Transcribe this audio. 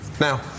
Now